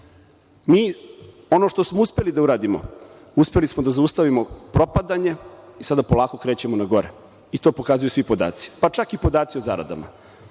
Mi ono što smo uspeli da uradimo, uspeli smo da zaustavimo propadanje, i sada polako krećemo na gore, i to pokazuju svi podaci. Pa čak i podaci o zaradama.